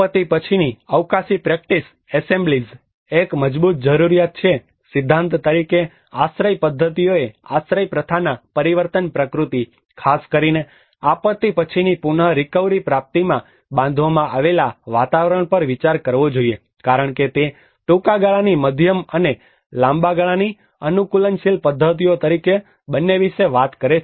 આપત્તિ પછીની અવકાશી પ્રેક્ટિસ એસેમ્બલીઝ એક મજબૂત જરૂરિયાત છે કે સિદ્ધાંત તરીકે આશ્રય પદ્ધતિઓએ આશ્રય પ્રથાના પરિવર્તન પ્રકૃતિ ખાસ કરીને આપત્તિ પછીની પુનરીકવરી પ્રાપ્તિમાં બાંધવામાં આવેલા વાતાવરણ પર વિચાર કરવો જોઇએ કારણ કે તે ટૂંકા ગાળાની મધ્યમ અને લાંબા ગાળાની અનુકૂલનશીલ પદ્ધતિઓ તરીકે બંને વિશે વાત કરે છે